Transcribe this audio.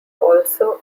also